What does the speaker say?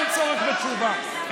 אין צורך בתשובה,